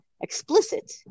explicit